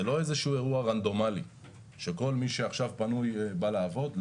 זה לא איזשהו אירוע רנדומלי שכל מי שעכשיו פנוי בא לעבוד.